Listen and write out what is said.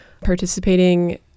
participating